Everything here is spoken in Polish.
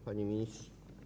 Panie Ministrze!